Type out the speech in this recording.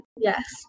yes